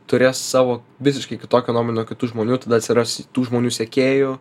turės savo visiškai kitokią nuomonę nuo kitų žmonių ir tada atsiras tų žmonių sekėjų